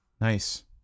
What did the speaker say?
Nice